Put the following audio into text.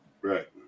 Right